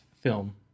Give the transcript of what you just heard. film